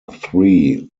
three